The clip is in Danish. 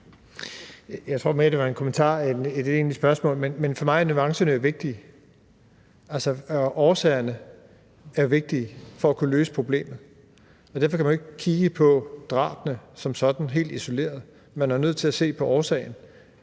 Jeg tror mere, det var en kommentar end et egentligt spørgsmål. For mig er nuancerne vigtige; altså, årsagerne er jo vigtige for at kunne løse problemet. Derfor kan man jo ikke kigge på drabene som sådan helt isoleret; man er jo nødt til at se på årsagen,